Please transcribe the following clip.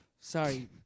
Sorry